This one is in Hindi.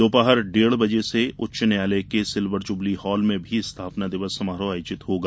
दोपहर डेढ़ बजे से उच्च न्यायालय के सिल्वर जुबली हाल में भी स्थापना दिवस समारोह आयोजित होगा